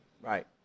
Right